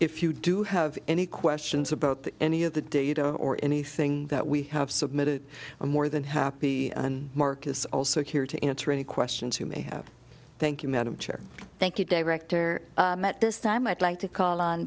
if you do have any questions about that any of the data or anything that we have submitted a more than happy and marcus also here to answer any questions you may have thank you madam chair thank you director at this time i'd like to call on